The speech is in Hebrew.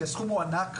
כי הסכום הוא ענק,